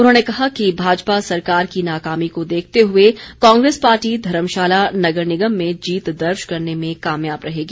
उन्होंने कहा कि भाजपा सरकार की नाकामी को देखते हए कांग्रेस पार्टी धर्मशाला नगर निगम में जीत दर्ज करने में कामयाब रहेगी